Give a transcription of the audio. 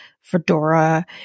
fedora